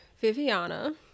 Viviana